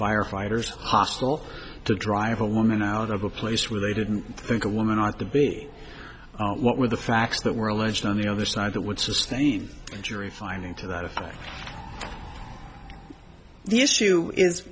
firefighters hostile to drive a woman out of a place where they didn't think a woman ought to be what were the facts that were alleged on the other side that would sustain the jury finding to that effect the issue is